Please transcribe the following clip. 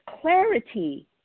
clarity